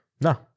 No